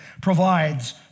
provides